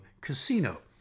Casino